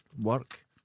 work